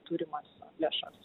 turimas lėšas